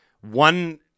one